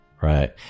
right